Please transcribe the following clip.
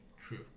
True